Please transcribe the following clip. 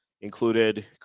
included